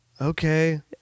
Okay